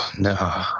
No